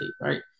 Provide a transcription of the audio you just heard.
right